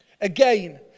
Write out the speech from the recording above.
again